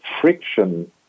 friction